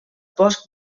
bosc